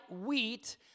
wheat